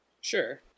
Sure